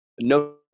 No